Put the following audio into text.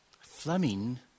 Fleming